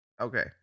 Okay